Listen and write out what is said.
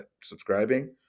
subscribing